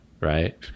right